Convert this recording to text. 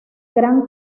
gran